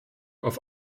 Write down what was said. auf